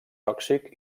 tòxic